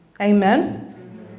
Amen